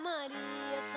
Maria